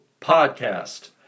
Podcast